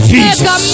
Jesus